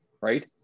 right